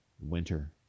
winter